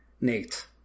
Nate